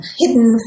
hidden